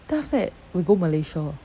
then after that we go malaysia